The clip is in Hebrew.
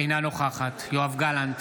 אינה נוכחת יואב גלנט,